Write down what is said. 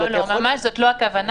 אבל אתה יכול --- זו ממש לא הכוונה.